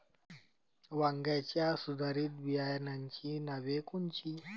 वांग्याच्या सुधारित बियाणांची नावे कोनची?